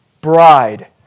bride